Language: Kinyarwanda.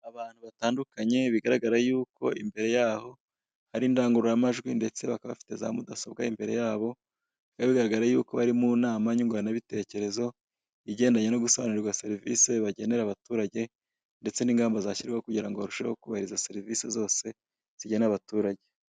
Abantu batandukanye bigaragara yuko imbere yaho hari indangururamajwi ndetse bakaba bafite za mudasobwa imbere yabo, biba bigaragara yuko bari mu nama nyunguranabitekerezo, igendanye no gusobanurirwa serivise bagenera abaturage ndetse n'ingamba zashyirwaho kugirango barusheho kubahiriza serivise zose zigenewe abaturage.